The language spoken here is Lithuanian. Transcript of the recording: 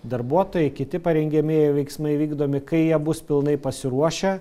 darbuotojai kiti parengiamieji veiksmai vykdomi kai jie bus pilnai pasiruošę